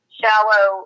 shallow